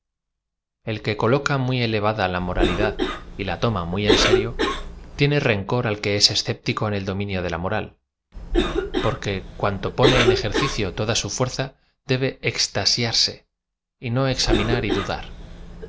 el que coloca muy elevada la moralidad y la toma muy en serlo tiene rencor al que es escéptico en el dominio de la moral porque cuanto pone en e jer c id o toda su fuerza debe extasiarssy y no examinar y dudar